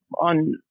on